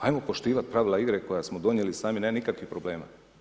Ajmo poštivat pravila igre koja smo donijeli sami, nema nikakvih problema.